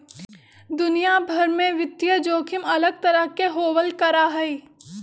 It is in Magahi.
दुनिया भर में वित्तीय जोखिम अलग तरह के होबल करा हई